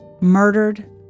murdered